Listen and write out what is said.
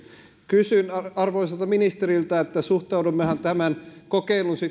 kysyn arvoisalta ministeriltä suhtaudummehan sitten tämän kokeilun